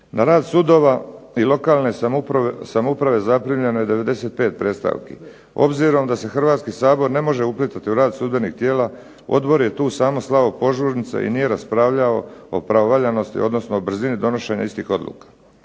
Na rad sudova i lokalne samouprave zaprimljeno je 95 predstavki. Obzirom da se Hrvatski sabor ne može uplitati u rad sudbenih tijela Odbor je tu samo slao požurnice i nije raspravljao o pravovaljanosti odnosno o brzini donošenja istih odluka.